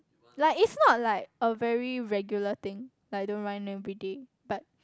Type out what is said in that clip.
like is not like a very regular thing like don't run everyday but